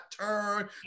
turn